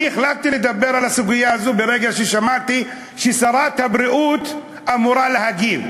אני החלטתי לדבר על הסוגיה הזאת ברגע ששמעתי ששרת הבריאות אמורה להגיב,